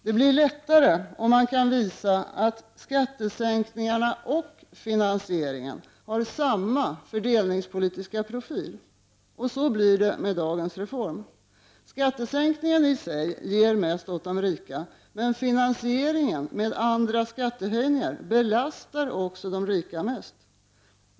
Det blir lättare om man kan visa att skattesänkningarna och finansieringen har samma fördelningspolitiska profil. Så blir det med dagens reform. Skattesänkningen i sig ger mest åt de rika, men finansieringen med andra skattehöjningar belastar också de rika mest.